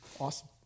Awesome